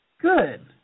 Good